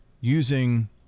using